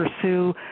pursue